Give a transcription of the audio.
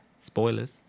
spoilers